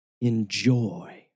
Enjoy